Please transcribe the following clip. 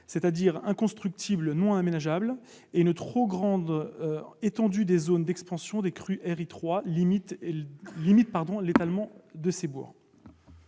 c'est-à-dire inconstructibles non aménageables, et une trop grande étendue des zones d'expansion des crues, Ri3, limite l'étalement de ces bourgs.